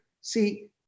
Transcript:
See